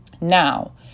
Now